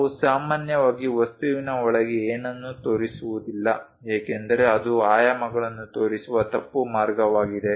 ನಾವು ಸಾಮಾನ್ಯವಾಗಿ ವಸ್ತುವಿನ ಒಳಗೆ ಏನನ್ನೂ ತೋರಿಸುವುದಿಲ್ಲ ಏಕೆಂದರೆ ಅದು ಆಯಾಮಗಳನ್ನು ತೋರಿಸುವ ತಪ್ಪು ಮಾರ್ಗವಾಗಿದೆ